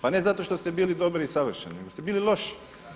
Pa ne za to što ste bili dobri i savršeni nego ste bili loši.